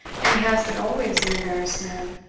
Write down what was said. and he has been always an embarrassed man.